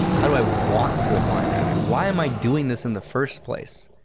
how do i want to apply anatomy? why am i doing this in the first place?